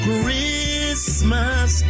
Christmas